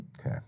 Okay